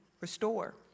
restore